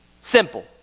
Simple